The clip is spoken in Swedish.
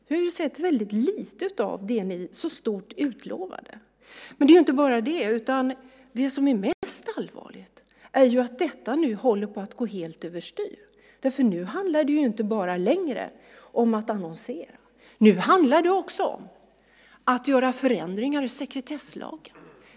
Vi har sett väldigt lite av det ni så stort utlovade. Men det handlar inte bara om detta, utan det mest allvarliga är att detta nu håller på att gå helt överstyr. Nu handlar det inte längre bara om att annonsera, utan också om att göra förändringar i sekretesslagen.